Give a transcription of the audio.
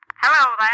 Hello